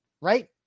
right